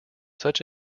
such